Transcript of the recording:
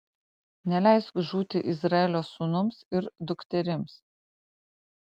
neleisk žūti izraelio sūnums ir dukterims